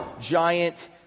giant